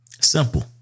Simple